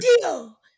deal